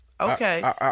Okay